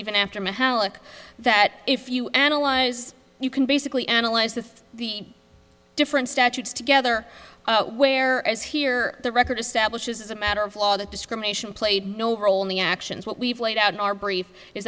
even after my heloc that if you analyze you can basically analyze the different statutes together whereas here the record establishes is a matter of law that discrimination played no role in the actions what we've laid out in our brief is